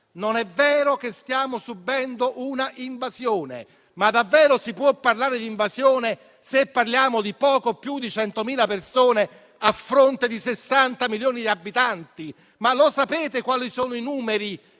non è vero che stiamo subendo un'invasione. Davvero si può parlare di invasione, se parliamo di poco più di 100.000 persone a fronte di 60 milioni di abitanti? Ma lo sapete quali sono i numeri